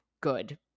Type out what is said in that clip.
good